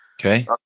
Okay